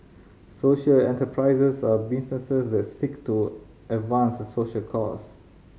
social enterprises are businesses that seek to advance a social cause